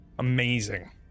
Amazing